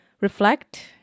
reflect